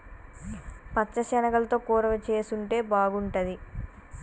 పచ్చ శనగలతో కూర చేసుంటే బాగుంటది